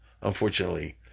unfortunately